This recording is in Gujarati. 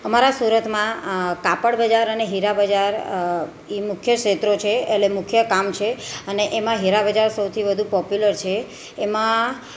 અમારા સુરતમાં કાપડ બજાર અને હીરા બજાર એ મુખ્ય ક્ષેત્રો છે એટલે મુખ્ય કામ છે અને એમાં હીરા બજાર સૌથી વધુ પોપ્યુલર છે એમાં